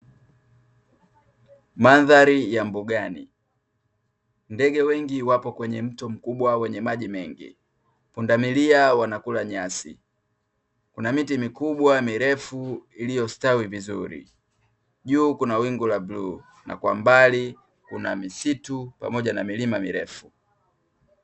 Mandhari ya mbugani. Ndege wengi wako kwenye mto mkubwa wenye maji mengi. Pundamilia wanakula nyasi, kuna miti mikubwa mirefu iliyostawi vizuri, juu kuna wingu la bluu, na kwa mbali kuna misitu pamoja na milima mirefu.